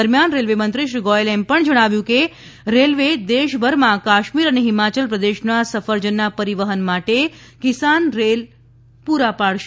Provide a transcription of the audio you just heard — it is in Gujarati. દરમિયાન રેલવેમંત્રી શ્રી ગોયલે એમ પણ જણાવ્યું કે રેલ્વે દેશભરમાં કાશ્મીર અને હિમાચલ પ્રદેશના સફરજનના પરિવહન માટે કિસાન રેલ પૂરા પાડશે